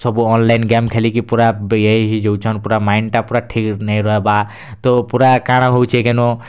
ସବୁ online game ଖେଲିକି ପୁରା ବେ ଇଏ ହେଇଯାଉଛନ୍ ପୁରା ମାଇଣ୍ଡ୍ ପୁରା ଠିକ୍ ନାଇଁ ରହେବାର୍ ତ ପୁରା କା'ଣା ହେଉଛେ କେନ